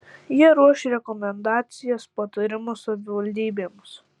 jie ruoš rekomendacijas patarimus savivaldybėms